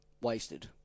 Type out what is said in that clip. wasted